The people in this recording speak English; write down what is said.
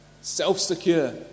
self-secure